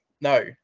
No